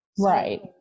Right